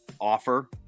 offer